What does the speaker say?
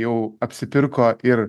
jau apsipirko ir